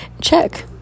Check